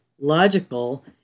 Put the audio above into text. logical